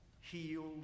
healed